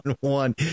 one